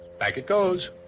back it goes.